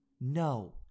no